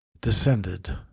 descended